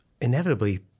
inevitably